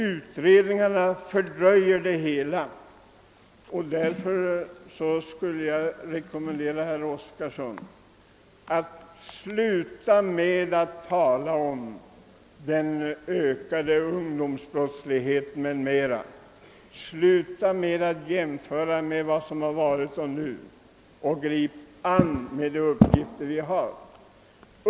Utredningarna fördröjer nog det hela, och därför vill jag rekommendera herr Oskarson att sluta med att tala om den ökade ungdomsbrottsligheten och att jämföra mellan förr och nu, för att i stället gripa sig an med de uppgifter som finns.